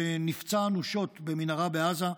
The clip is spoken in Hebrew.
שנפצע אנושות במנהרה בעזה,